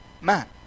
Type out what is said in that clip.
man